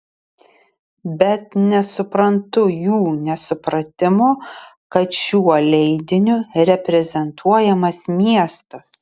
bet nesuprantu jų nesupratimo kad šiuo leidiniu reprezentuojamas miestas